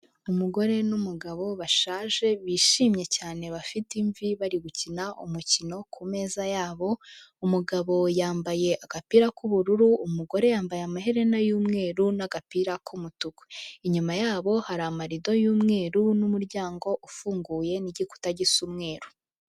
Umugore n'umugabo bashaje bishimye cyane bafite imvi bari gukina umukino ku meza yabo, umugabo yambaye agapira k'ubururu, umugore yambaye amaherena y'umweru n'agapira k'umutuku. Inyuma yabo hari amarido y'umweru n'umuryango ufunguye n'igikuta gisa umweru.